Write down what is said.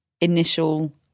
initial